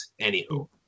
Anywho